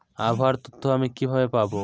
আবহাওয়ার তথ্য আমি কিভাবে পাবো?